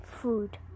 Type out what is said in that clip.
food